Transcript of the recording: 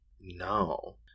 No